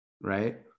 right